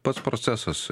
pats procesas